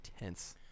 intense